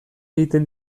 egiten